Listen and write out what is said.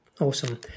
Awesome